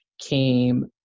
came